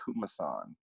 Kumasan